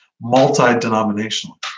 multi-denominational